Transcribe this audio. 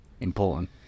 important